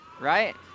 Right